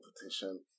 competition